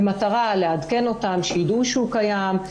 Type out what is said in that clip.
במטרה לעדכן אותם שידעו שהוא קיים,